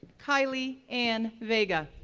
kilee ann vega,